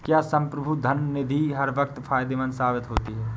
क्या संप्रभु धन निधि हर वक्त फायदेमंद साबित होती है?